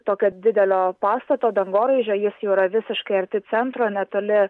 tokio didelio pastato dangoraižio jis jau yra visiškai arti centro netoli